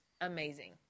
amazing